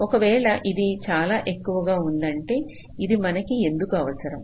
ఒకవేళ ఇది చాలా ఎక్కువగా ఉందంటే అది మనకి ఎందుకు అవసరం